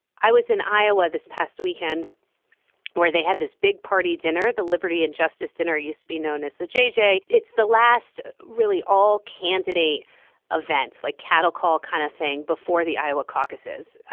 i was in iowa this past weekend where they had this big party dinner the liberty and justice dinner used to be known as the jj it's the last really all candidate events like cattle call kind of thing before the iowa caucuses.